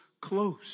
close